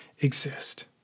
exist